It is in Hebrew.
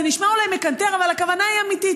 זה נשמע אולי מקנטר, אבל הכוונה היא אמיתית.